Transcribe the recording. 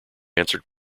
answered